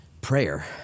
Prayer